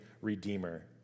redeemer